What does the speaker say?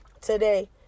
today